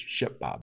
ShipBob